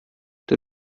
der